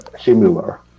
similar